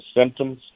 symptoms